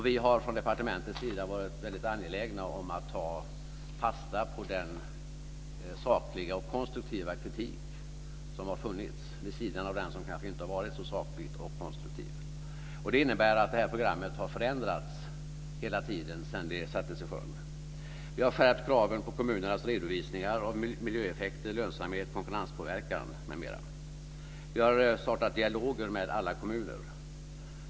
Vi har från departementets sida varit mycket angelägna om att ta fasta på den sakliga och konstruktiva kritik som har funnits vid sidan av den som kanske inte har varit så saklig och konstruktiv. Det innebär att detta program har förändrats hela tiden sedan det sattes i sjön. Vi har skärpt kraven på kommunernas redovisningar av miljöeffekter, lönsamhet, konkurrenspåverkan, m.m. Vi har startat dialoger med alla kommuner.